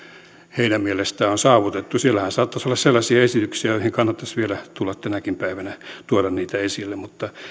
heidän mielestään on saavutettu siellähän saattaisi olla sellaisia esityksiä joita kannattaisi vielä tänäkin päivänä tuoda esille mutta